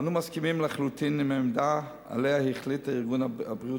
אנו מסכימים לחלוטין עם העמדה שעליה החליט ארגון הבריאות